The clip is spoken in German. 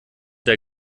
der